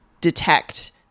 detect